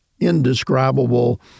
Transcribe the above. indescribable